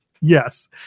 yes